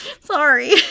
Sorry